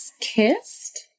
kissed